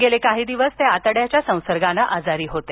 गेले काही दिवस ते आतङ्याच्या संसर्गानं आजारी होते